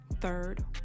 third